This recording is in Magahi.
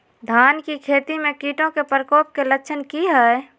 धान की खेती में कीटों के प्रकोप के लक्षण कि हैय?